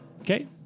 Okay